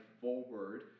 forward